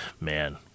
man